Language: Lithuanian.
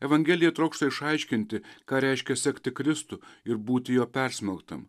evangelija trokšta išaiškinti ką reiškia sekti kristų ir būti jo persmelktam